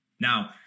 now